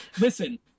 Listen